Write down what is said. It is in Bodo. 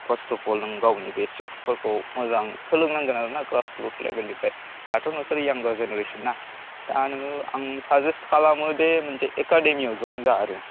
फार्स्त अफ अल नों गावनि बेसिकसफोरखौ मोजां सोलोंनांगोन आरो ना ग्रास रुट लेबेलनिफ्राय दाथ' नोंसोर इयांगार जेनेरेसन ना दा नोङो आं साजेस्ट खालामो जे मोनसे एकाडेमियाव जयेन जा आरो